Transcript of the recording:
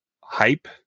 hype